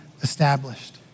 established